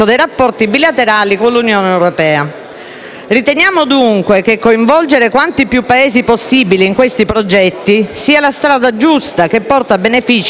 Riteniamo dunque che coinvolgere quanti più Paesi possibile in questi progetti sia la strada giusta, che porta benefici non solo futuri, ma anche immediati.